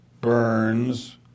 Burns